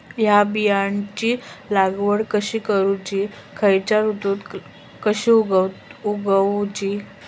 हया बियाची लागवड कशी करूची खैयच्य ऋतुत कशी उगउची?